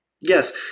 Yes